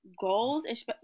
Goals